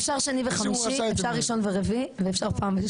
אפשר שני וחמישי, אפשר ראשון ורביעי ואפשר פעם ב-,